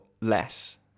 less